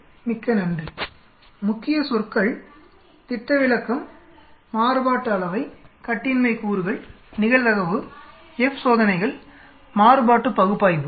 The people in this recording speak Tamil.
Key words Standard Deviation Variance Degrees of Freedom Probability F tests Analysis of Variance முக்கிய சொற்கள் திட்ட விலக்கம் மாறுபாட்டு அளவை கட்டின்மை கூறுகள் நிகழ்தகவு F சோதனைகள் மாறுபாட்டு பகுப்பாய்வு